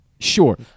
Sure